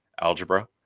Algebra